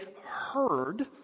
heard